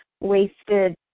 wasted